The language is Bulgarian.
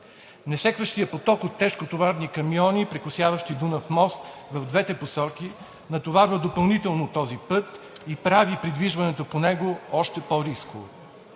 Несекващият поток от тежкотоварни камиони, прекосяващи Дунав-мост в двете посоки, натоварва допълнително този път и прави придвижването по него още по-рисково.